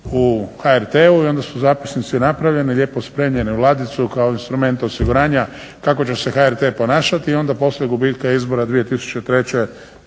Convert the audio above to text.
u HRT-u i onda su zapisnici napravljeni, lijepo spremljeni u ladicu kao instrument osiguranja kako će se HRT ponašati. I onda poslije gubitka izbora 2003.